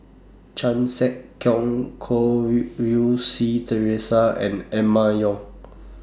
Chan Sek Keong Goh Rui Si Theresa and Emma Yong